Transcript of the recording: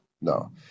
no